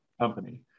company